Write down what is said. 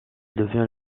devient